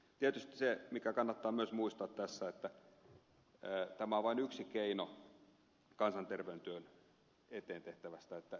tietysti se mikä kannattaa myös muistaa tässä on että tämä on vain yksi keino kansanterveystyön eteen tehtävistä toimenpiteistä